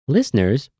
Listeners